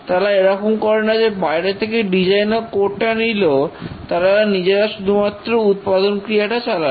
তারা এরকম করে না যে বাইরে থেকে ডিজাইন ও কোড টা নিল এবং তারা নিজেরা শুধুমাত্র উৎপাদনক্রিয়াটা চালাল